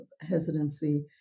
hesitancy